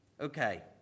Okay